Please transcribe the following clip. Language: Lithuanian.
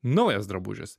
naujas drabužis